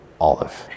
olive